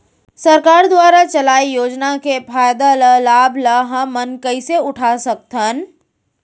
सरकार दुवारा चलाये योजना के फायदा ल लाभ ल हमन कइसे उठा सकथन?